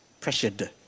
pressured